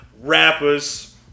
rappers